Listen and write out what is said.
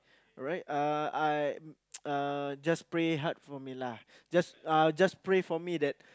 alright uh I uh just pray hard for me lah just uh just pray for me that